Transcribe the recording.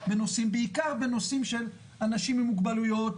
בעיקר בנושאים של אנשים עם מוגבלויות,